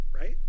right